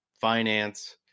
finance